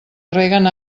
reguen